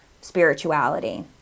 spirituality